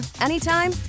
anytime